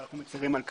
ואנחנו מצרים על כך.